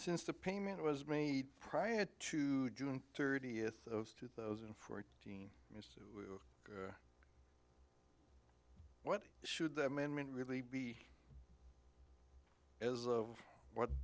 since the payment was made prior had june thirtieth two thousand and fourteen what should the amendment really be as of what